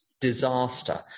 Disaster